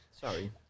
Sorry